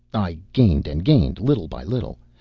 i gained and gained, little by little,